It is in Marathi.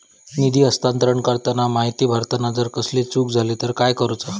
निधी हस्तांतरण करताना माहिती भरताना जर कसलीय चूक जाली तर काय करूचा?